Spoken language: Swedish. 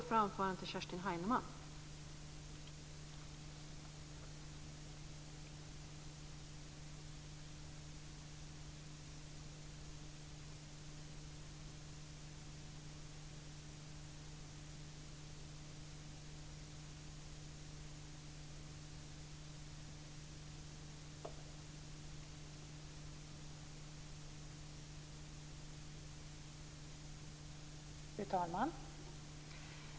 Fru talman!